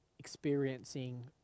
experiencing